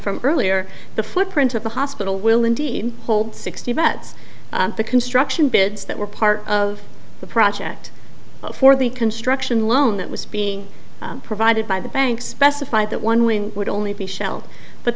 from earlier the footprint of the hospital will indeed hold sixty vets the construction bids that were part of the project for the construction loan that was being provided by the bank specify that one win would only be shelled but